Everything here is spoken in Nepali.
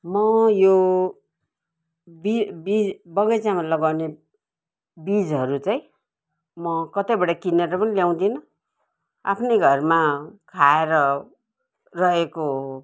म यो बी बी बगैँचामा लगाउने बिजहरू चाहिँ म कतैबाट किनेर पनि ल्याउँदिनँ आफ्नै घरमा खाएर रहेको